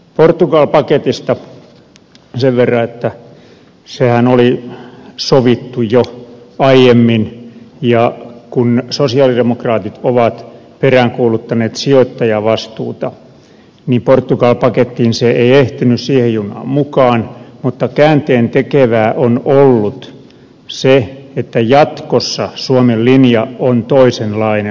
portugali paketista sen verran että sehän oli sovittu jo aiemmin ja kun sosialidemokraatit ovat peräänkuuluttaneet sijoittajavastuuta niin portugali pakettiin se ei ehtinyt siihen junaan mukaan mutta käänteentekevää on ollut se että jatkossa suomen linja on toisenlainen